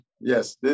Yes